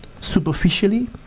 superficially